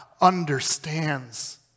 understands